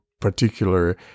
particular